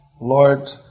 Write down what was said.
Lord